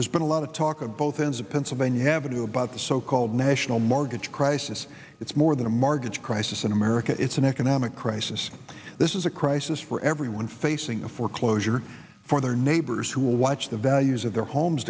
there's been a lot of talk of both ends of pennsylvania avenue about the so called national mortgage crisis it's more than a marge crisis in america it's an economic crisis this is a crisis for everyone facing a foreclosure for their neighbors who will watch the values of their homes